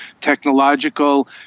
technological